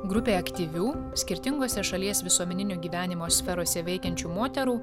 grupė aktyvių skirtingose šalies visuomeninio gyvenimo sferose veikiančių moterų